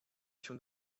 się